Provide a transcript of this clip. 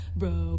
bro